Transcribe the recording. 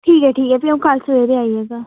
ठीक ऐ ठीक ऐ भी अ'ऊं कल्ल सबेरे आई जाह्गा